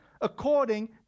according